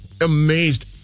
amazed